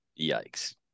Yikes